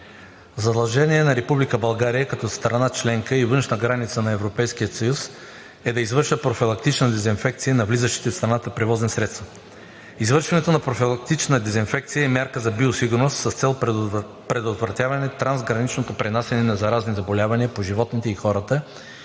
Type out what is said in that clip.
задължение на Република България като страна – членка и външна граница на Европейския съюз, е да извършва профилактична дезинфекция на влизащите в страната превозни средства. Извършването на профилактичната дезинфекция и мярката за биосигурност е с цел предотвратяване на трансграничното пренасяне на заразни заболявания по животните и хората